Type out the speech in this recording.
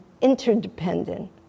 interdependent